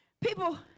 people